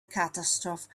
catastrophe